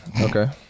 Okay